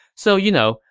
so you know,